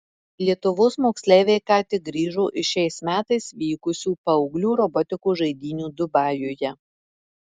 lietuvos moksleiviai ką tik grįžo iš šiais metais vykusių paauglių robotikos žaidynių dubajuje